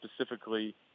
specifically